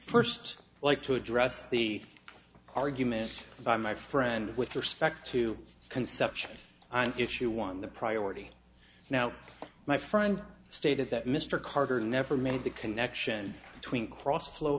first like to address the arguments by my friend with respect to conception issue one the priority now my friend stated that mr carter never made the connection between crossflow